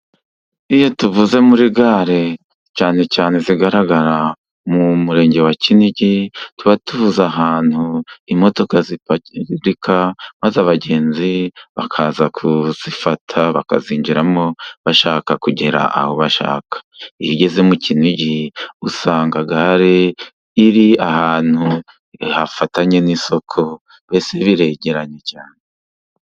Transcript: Iyo tuvuze muri gare cyane cyane zigaragara mu murenge wa Kinigi, tuba tuvuze ahantu imodoka ziparika maze abagenzi bakaza kuzifata, bakazinjiramo bashaka kugera aho bashaka. Iyo ugeze mu Kinigi usanga gare iri ahantu hafatanye n'isoko, mbese biregeranye cyane.